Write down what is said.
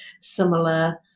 similar